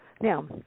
Now